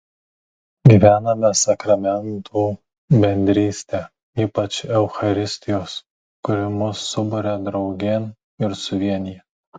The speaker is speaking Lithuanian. gyvename sakramentų bendrystę ypač eucharistijos kuri mus suburia draugėn ir suvienija